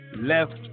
left